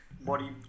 body